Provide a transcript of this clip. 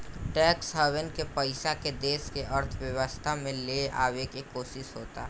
tax haven के पइसा के देश के अर्थव्यवस्था में ले आवे के कोशिस होता